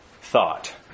thought